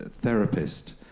therapist